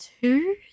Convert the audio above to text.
two